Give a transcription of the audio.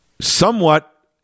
somewhat